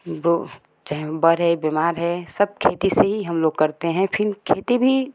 वो बड़ है बीमार है सब खेती सेही हम लोग करते हैं फिर खेती भी